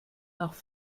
nach